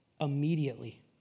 immediately